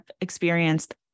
experienced